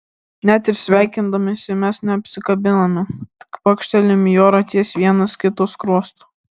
net ir sveikindamiesi mes neapsikabiname tik pakštelim į orą ties vienas kito skruostu